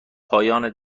پایان